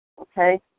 okay